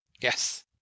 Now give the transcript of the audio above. Yes